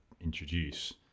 introduce